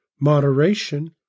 moderation